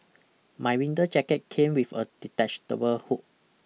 my winter jacket came with a detachable hood